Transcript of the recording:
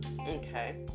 Okay